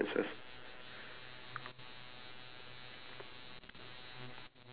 okay now does that count as two differences or count as one differences